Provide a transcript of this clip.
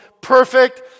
perfect